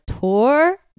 tour